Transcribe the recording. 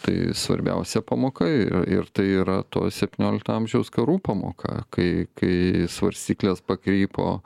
tai svarbiausia pamoka ir ir tai yra to septyniolikto amžiaus karų pamoka kai kai svarstyklės pakrypo